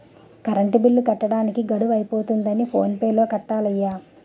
current bill కట్టడానికి గడువు అయిపోతంది ఫోన్ పే తో కట్టియ్యాల